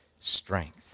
strength